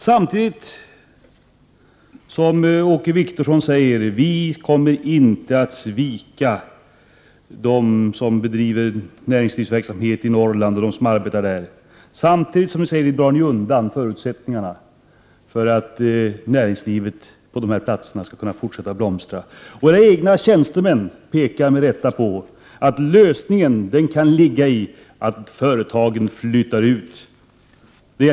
Åke Wictorsson säger att socialdemokraterna inte kommer att svika dem 45 som bedriver näringslivsverksamhet i Norrland och dem som arbetar där, men samtidigt drar socialdemokraterna undan förutsättningarna för att näringslivet på dessa platser skall kunna fortsätta att blomstra. Och regeringens egna tjänstemän pekar med rätta på att lösningen kan ligga i att företagen flyttar utomlands.